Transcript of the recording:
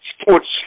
sports